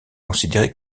considéré